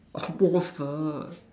orh waffle